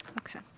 Okay